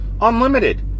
Unlimited